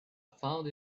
found